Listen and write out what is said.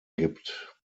gibt